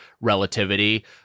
relativity